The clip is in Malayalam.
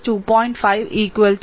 5 2